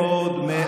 לא.